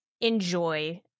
enjoy